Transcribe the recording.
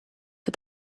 for